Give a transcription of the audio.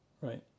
Right